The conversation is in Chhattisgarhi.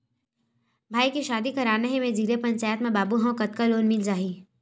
भाई के शादी करना हे मैं जिला पंचायत मा बाबू हाव कतका लोन मिल जाही?